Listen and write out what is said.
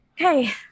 Okay